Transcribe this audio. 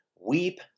weep